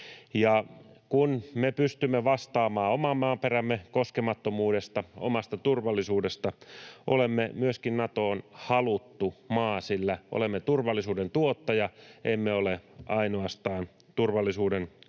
kun me pystymme vastaamaan oman maaperämme koskemattomuudesta, omasta turvallisuudestamme, olemme myöskin Natoon haluttu maa, sillä olemme turvallisuuden tuottaja emme ole ainoastaan turvallisuuden kuluttaja,